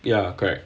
ya correct